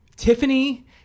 Tiffany